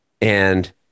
and-